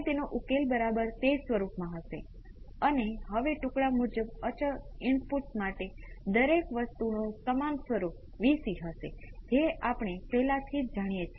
તેથી study state response પોતે super પોઝિશનને અનુસરે છે અને નેચરલ રિસ્પોન્સ પોતે જ પ્રારંભિક સ્થિતિ સાથે સ્કેલ કરે છે જે તમે અજમાવીને જોઈ શકો છો